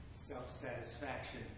self-satisfaction